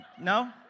No